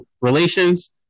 relations